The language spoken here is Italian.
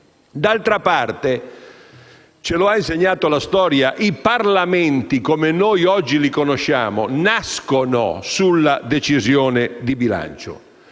D'altra parte - ce lo ha insegnato la storia - i Parlamenti, come noi oggi li conosciamo, nascono sulla decisione di bilancio;